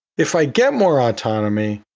if i get more autonomy,